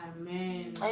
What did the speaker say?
Amen